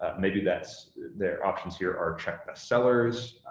ah maybe that's their options here are check best sellers,